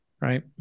right